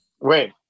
Wait